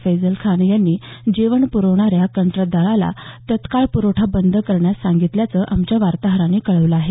फैसल खान यांनी जेवण प्रविणाऱ्या कंत्राटदाराला तत्काळ प्रवठा बंद करण्यास सांगितल्याचं आमच्या वार्ताहरानं कळवलं आहे